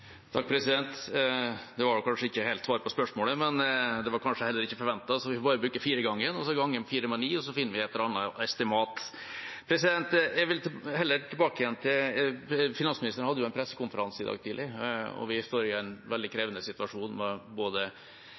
Det var kanskje ikke helt svar på spørsmålet, men det var heller ikke forventet, så vi får bare bruke 4-gangen. Så ganger man 4 med 9 og får et eller annet estimat. Jeg vil heller tilbake til finansministerens pressekonferanse i dag tidlig. Vi står i en veldig krevende situasjon med både